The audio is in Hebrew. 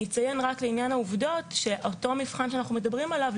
אציין רק שאותו מבחן שאנחנו מדברים עליו,